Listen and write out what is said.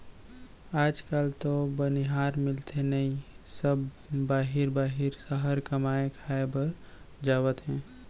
आज काल तो बनिहार मिलते नइए सब बाहिर बाहिर सहर कमाए खाए बर जावत हें